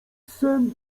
sen